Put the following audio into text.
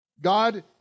God